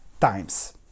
times